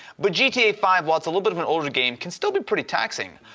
but gta five was a little bit of an older game can still be pretty taxing.